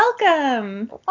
Welcome